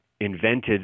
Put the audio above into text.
invented